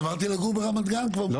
עברתי לגור ברמת גן כבר מזמן.